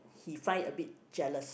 he find a bit jealous